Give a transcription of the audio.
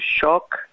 shock